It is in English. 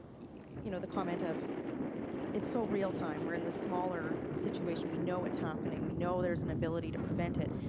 you know the comment of it's so real time. we're in the smaller situation. we know what's happening. we know there's an ability to prevent it,